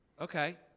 Okay